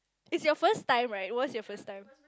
is your first time right it was your first time